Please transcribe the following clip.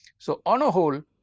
so, on a hold